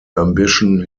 ambition